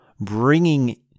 Bringing